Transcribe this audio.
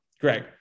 greg